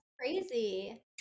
crazy